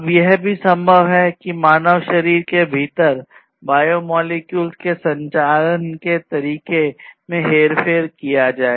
अब यह भी संभव है कि एक मानव शरीर के भीतर बायोमोलेक्यूलस के संचालन के तरीके में हेरफेर किया जाए